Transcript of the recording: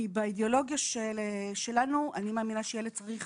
כי באידיאולוגיה שלנו, אני מאמינה שילד צריך